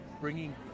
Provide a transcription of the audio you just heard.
bringing